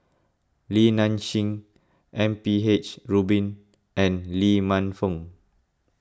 Li Nanxing M P H Rubin and Lee Man Fong